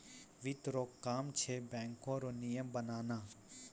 वित्त रो काम छै बैको रो नियम बनाना